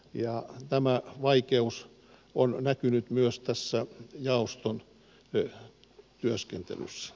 ja tämä vaikeus on näkynyt myös tässä ja uskon yhä työskentelyssä